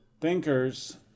thinkers